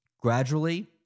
gradually